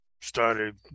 started